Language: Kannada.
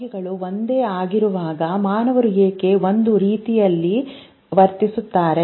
ವಂಶವಾಹಿಗಳು ಒಂದೇ ಆಗಿರುವಾಗ ಮಾನವರು ಏಕೆ ಒಂದು ರೀತಿಯಲ್ಲಿ ವರ್ತಿಸುತ್ತಾರೆ